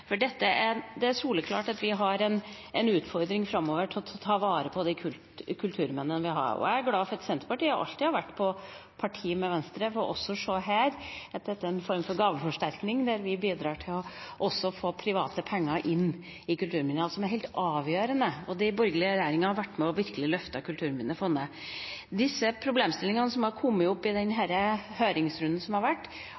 regionreformen? Dette faller ikke helt under mitt konstitusjonelle område, men ettersom Ola Elvestuen gjør en viktig jobb for Norge og for verden i Madrid akkurat nå, skal jeg likevel prøve å svare på spørsmålet. Det er soleklart at vi har en utfordring framover med å ta vare på de kulturminnene vi har. Jeg er glad for at Senterpartiet alltid har vært på parti med Venstre ved også å se her at dette er en form for gaveforsterkning, der vi bidrar til også å få private penger inn i kulturminner, som er helt avgjørende, og